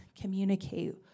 communicate